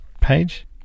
page